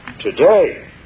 Today